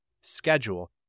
schedule